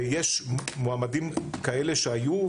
יש מועמדים כאלה שהיו,